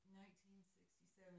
1967